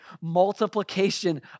Multiplication